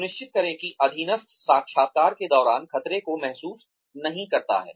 सुनिश्चित करें कि अधीनस्थ साक्षात्कार के दौरान खतरे को महसूस नहीं करता है